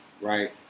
Right